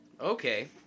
Okay